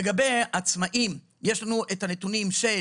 לגבי עצמאים, יש לנו את הנתונים של